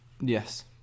yes